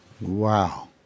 Wow